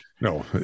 No